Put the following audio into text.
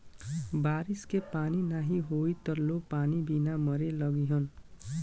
बारिश के पानी नाही होई त लोग पानी बिना मरे लगिहन